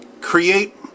create